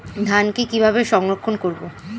ধানকে কিভাবে সংরক্ষণ করব?